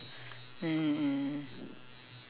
mm mm